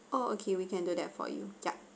oh okay we can do that for you yup